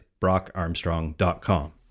brockarmstrong.com